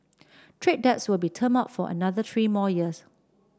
trade debts will be termed out for another three more years